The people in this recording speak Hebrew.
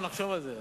אנחנו נחשוב על זה.